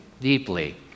deeply